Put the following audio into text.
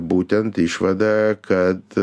būtent išvada kad